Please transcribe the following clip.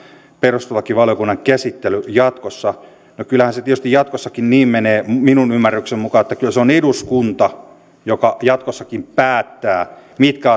perustuslakivaliokunnan käsittely jatkossa no kyllähän se tietysti jatkossakin niin menee minun ymmärrykseni mukaan että kyllä se on eduskunta joka jatkossakin päättää mitkä